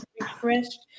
refreshed